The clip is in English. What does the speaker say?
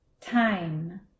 time